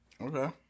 Okay